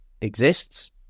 exists